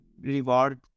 reward